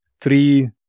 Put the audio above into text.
three